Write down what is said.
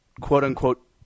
quote-unquote